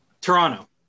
Toronto